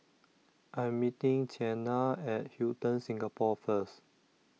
I Am meeting Qiana At Hilton Singapore First